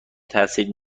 تاثیر